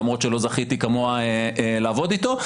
למרות שלא זכיתי כמוה לעבוד איתו,